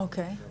אוקי.